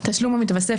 אז אתם רוצים?